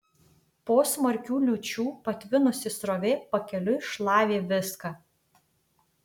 po smarkių liūčių patvinusi srovė pakeliui šlavė viską